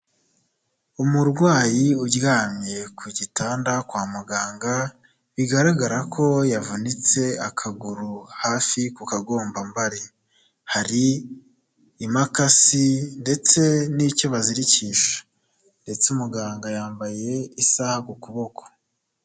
Umurwayi uryamye ku gitanda kwa muganga ,bigaragara ko yavunitse akaguru hafi ku kagombabari . Hari impakasi ndetse n'icyo bazirikisha . Ndetse umuganga yambaye isaha ku kuboko.